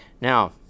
Now